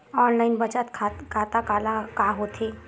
Online बचत खाता का होथे?